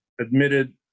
admitted